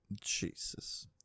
Jesus